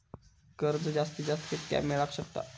कर्ज जास्तीत जास्त कितक्या मेळाक शकता?